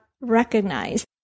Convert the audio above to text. recognized